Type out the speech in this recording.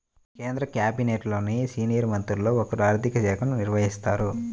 కేంద్ర క్యాబినెట్లోని సీనియర్ మంత్రుల్లో ఒకరు ఆర్ధిక శాఖను నిర్వహిస్తారు